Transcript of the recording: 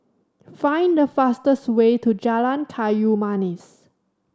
find the fastest way to Jalan Kayu Manis